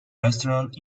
restaurant